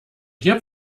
hier